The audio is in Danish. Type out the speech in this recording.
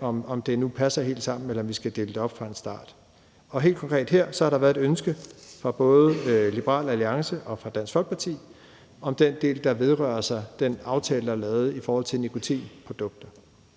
om det nu passer helt sammen, eller om vi skal dele det op fra en start. Helt konkret har der her været et ønske fra både Liberal Alliance og Dansk Folkeparti om den del, der vedrøres af den aftale, der er lavet om nikotinprodukter.